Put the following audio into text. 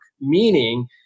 meaning